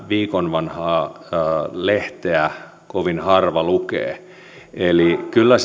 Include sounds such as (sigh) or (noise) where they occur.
viikon vanhaa lehteä kovin harva lukee eli kyllä (unintelligible)